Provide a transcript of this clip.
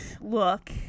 look